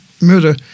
murder